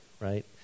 right